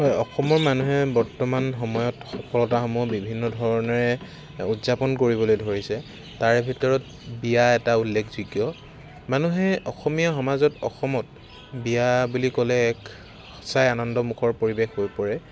হয় অসমৰ মানুহে বৰ্তমান সময়ত সফলতাসমূহ বিভিন্ন ধৰণেৰে উদযাপন কৰিবলৈ ধৰিছে তাৰ ভিতৰত বিয়া এটা উল্লেখযোগ্য মানুহে অসমীয়া সমাজত অসমত বিয়া বুলি ক'লে এক সঁচাই আনন্দমুখৰ পৰিৱেশ হৈ পৰে